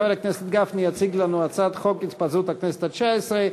חבר הכנסת גפני יציג לנו את הצעת חוק התפזרות הכנסת התשע-עשרה,